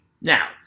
Now